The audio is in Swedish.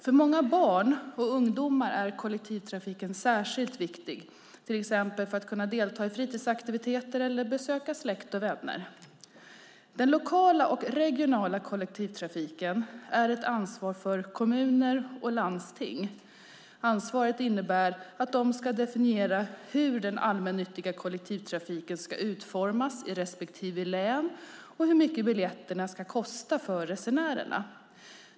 För många barn och ungdomar är kollektivtrafiken särskilt viktig, till exempel för att kunna delta i fritidsaktiviteter eller besöka släkt och vänner. Den lokala och regionala kollektivtrafiken är ett ansvar för kommuner och landsting. Ansvaret innebär att de ska definiera hur den allmännyttiga kollektivtrafiken ska utformas i respektive län och hur mycket biljetterna ska kosta för resenärerna.